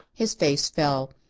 his face fell.